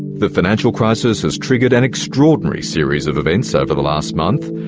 the financial crisis has triggered an extraordinary series of events over the last month,